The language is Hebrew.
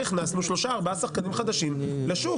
הכנסנו שלושה-ארבעה שחקנים חדשים לשוק.